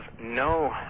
no